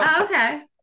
Okay